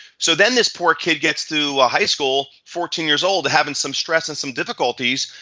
so then this poor kid gets to high school, fourteen years old having some stress and some difficulties,